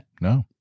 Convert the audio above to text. No